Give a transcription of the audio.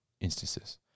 instances